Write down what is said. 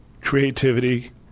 creativity